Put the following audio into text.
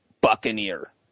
Buccaneer